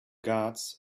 guards